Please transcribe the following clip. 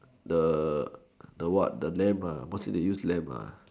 the the what the lamb what's it they use lamb